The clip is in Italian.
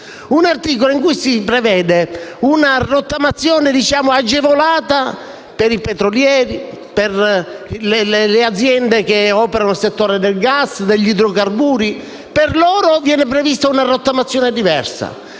fiscale, in cui si prevede una rottamazione agevolata per i petrolieri, per le aziende che operano nel settore del gas e degli idrocarburi: per loro viene prevista una rottamazione diversa;